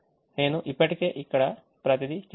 నేను ఇప్పటికే ఇక్కడ ప్రతిదీ చేశాను